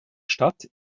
stadt